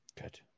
Good